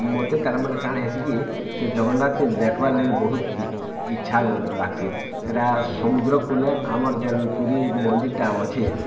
ମୋତେ ତାର୍ମାନେ କାଣା ହେସି କି ସେ ଜଗନ୍ନାଥ୍ କେ ଦେଖବାର୍ ଲାଗି ବହୁତ୍ ଇଚ୍ଛା ଲାଗ୍ସି ସେଇଟା ସମୁଦ୍ର କୁଲେ ଆମର୍ ଜେନ୍ ପୁରୀ ମନ୍ଦିର୍ ଟା ଅଛେ